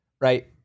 Right